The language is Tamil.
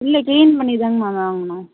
இல்லை க்ளீன் பண்ணி தாங்கம்மா வாங்கணும்